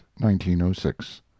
1906